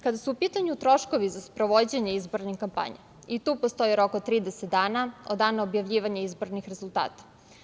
Kada su u pitanju troškovi za sprovođenje izbornih kampanja i tu postoji rok od 30 dana od dana objavljivanja izbornih rezultata.